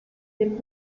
del